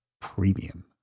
Premium